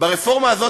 ברפורמה הזאת,